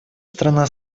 страна